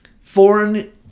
foreign